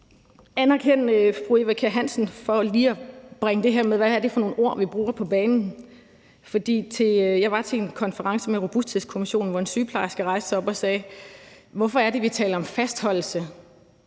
anerkende fru Eva Kjer Hansen for lige at bringe det her om, hvad det er for nogle ord, vi bruger, på bane. Jeg var til en konference med Robusthedskommissionen, hvor en sygeplejerske rejste sig op og sagde: Hvorfor er det, vi taler om fastholdelse